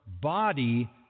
body